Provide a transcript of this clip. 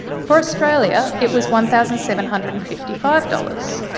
for australia, it was one thousand seven hundred and fifty five dollars.